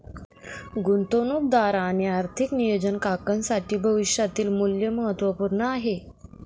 गुंतवणूकदार आणि आर्थिक नियोजन काकांसाठी भविष्यातील मूल्य महत्त्वपूर्ण आहे